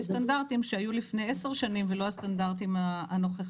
סטנדרטים שהיו לפני עשר שנים ולא לפי הסטנדרטים הנוכחיים.